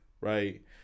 right